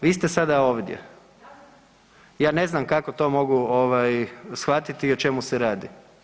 Vi ste sada ovdje, ja ne znam kako to mogu ovaj shvatiti i o čemu se radi?